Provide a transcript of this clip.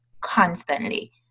constantly